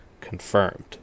Confirmed